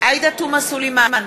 עאידה תומא סלימאן,